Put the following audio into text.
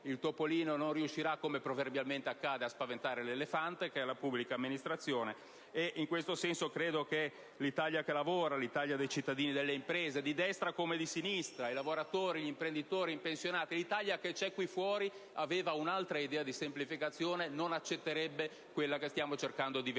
il topolino non riuscirà, come proverbialmente accade, a spaventare l'elefante, cioè la pubblica amministrazione. In questo senso, credo che l'Italia che lavora, l'Italia dei cittadini e delle imprese, l'Italia di destra come di sinistra, l'Italia dei lavoratori, degli imprenditori e dei pensionati, l'Italia che vive fuori di qui e che aveva un'altra idea di semplificazione non accetterebbe ciò che stiamo cercando di vendergli